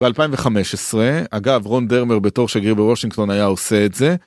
ב-2015, אגב רון דרמר בתור שגריר בוושינגטון היה עושה את זה.